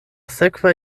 sekva